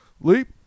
Leap